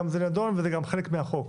זה גם נדון וזה גם חלק מהחוק.